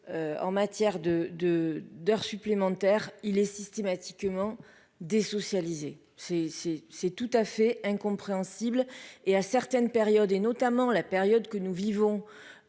en matière de, de, d'heures supplémentaires, il est systématiquement c'est c'est c'est tout à fait incompréhensible et à certaines périodes et nos. Notamment la période que nous vivons